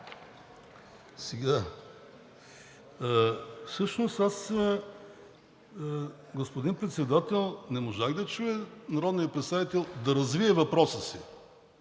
нататък. Всъщност аз, господин Председател, не можах да чуя народният представител да развива въпроса си.